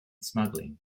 smuggling